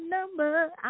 number